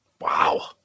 Wow